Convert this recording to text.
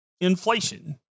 inflation